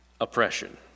oppression